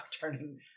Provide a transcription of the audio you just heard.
turning